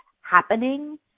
happening